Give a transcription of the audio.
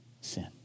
sin